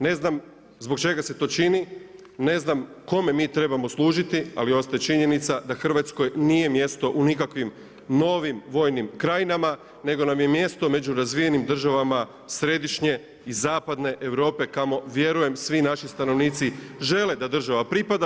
Ne znam zbog čega se to čini, ne znam kome mi trebamo služiti ali ostaje činjenica da Hrvatskoj nije mjesto u nikakvim novim Vojnim krajinama nego nam je mjesto među razvijenim država središnje i zapadne Europe kamo vjeruje, svi naši stanovnici žele da država pripada.